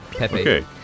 Okay